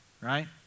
Right